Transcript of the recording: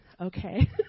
Okay